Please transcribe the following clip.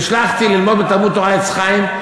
נשלחתי ללמוד בתלמוד תורה "עץ חיים".